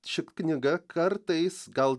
ši knyga kartais gal